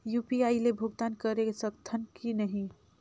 UPI ले भुगतान करे सकथन कि नहीं?